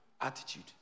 attitude